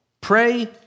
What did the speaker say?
pray